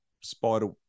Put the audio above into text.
spider